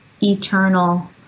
eternal